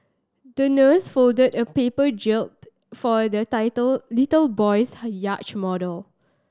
the nurse folded a paper jib for the tittle little boy's yacht model